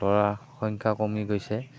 সংখ্যা কমি গৈছে